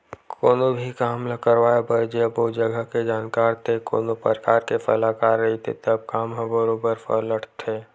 कोनो भी काम ल करवाए बर जब ओ जघा के जानकार ते कोनो परकार के सलाहकार रहिथे तब काम ह बरोबर सलटथे